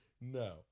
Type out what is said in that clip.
No